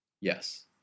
Yes